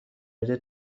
معده